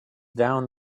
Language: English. down